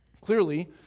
Clearly